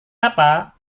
apa